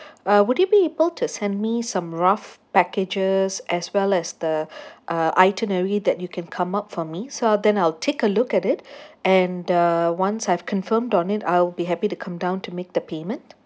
uh would you be able to send me some rough packages as well as the uh itinerary that you can come up for me so I'll then I'll take a look at it and uh once I have confirmed on it I'll be happy to come down to make the payment